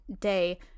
day